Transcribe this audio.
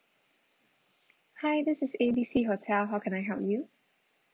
hi this is A B C hotel how can I help you